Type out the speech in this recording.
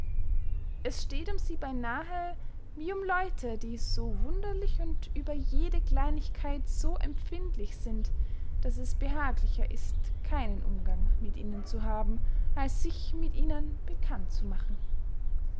es steht um sie beynahe wie um leute die so wunderlich und über jede kleinigkeit so empfindlich sind daß es behaglicher ist keinen umgang mit ihnen zu haben als sich mit ihnen bekannt zu machen